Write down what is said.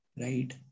Right